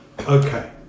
Okay